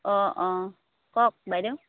অঁ অঁ কওক বাইদেউ